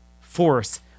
force